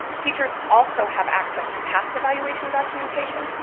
teachers also have access to past evaluation documentation,